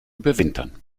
überwintern